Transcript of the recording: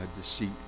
deceit